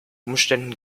umständen